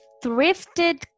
thrifted